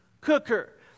cooker